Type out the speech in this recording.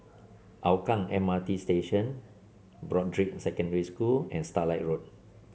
Hougang M R T Station Broadrick Secondary School and Starlight Road